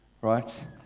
Right